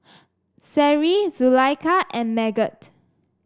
Seri Zulaikha and Megat